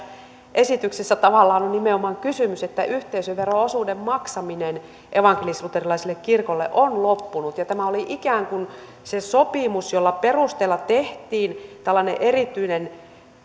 esityksessä tavallaan on nimenomaan kysymys että yhteisövero osuuden maksaminen evankelisluterilaiselle kirkolle on loppunut tämä oli ikään kuin se sopimus jonka perusteella tehtiin tällainen erityinen